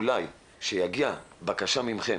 אולי כשתגיע בקשה מכם